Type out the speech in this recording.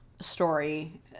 story